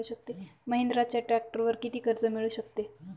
महिंद्राच्या ट्रॅक्टरवर किती कर्ज मिळू शकते?